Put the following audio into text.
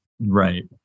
Right